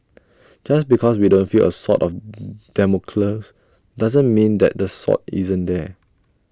just because we don't feel A sword of Damocles doesn't mean that the sword isn't there